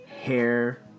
hair